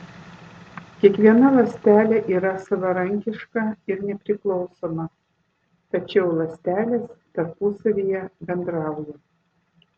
kiekviena ląstelė yra savarankiška ir nepriklausoma tačiau ląstelės tarpusavyje bendrauja